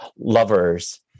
lovers